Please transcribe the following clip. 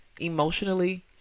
Emotionally